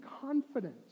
confidence